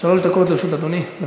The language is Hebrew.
לרשות אדוני.